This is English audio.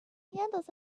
handles